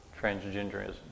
transgenderism